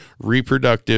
reproductive